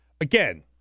Again